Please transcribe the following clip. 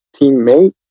teammate